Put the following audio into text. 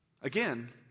Again